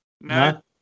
No